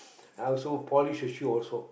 I also polish the shoe also